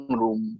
room